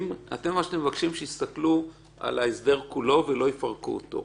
מה שאתם מבקשים הוא שיסתכלו על ההסדר כולו ולא יפרקו אותו.